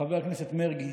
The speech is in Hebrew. חבר הכנסת מרגי,